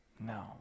No